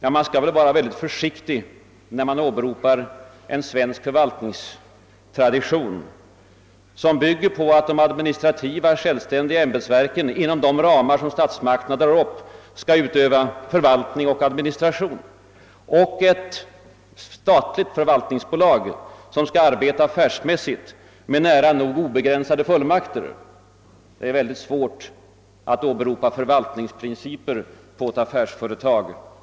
Men man skall vara oerhört försiktig när man åberopar en svensk förvaltningstradition, som bygger på att de administrativa självständiga ämbetsverken inom de ramar statsmakterna drar upp skall utöva förvaltning och administration, som motiv för ett statligt förvaltningsbolag som skall arbeta affärsmässigt med nära nog obegränsade fullmakter. Det är mycket svårt att åberopa förvaltningsprinciper på ett affärsföretag.